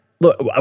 Look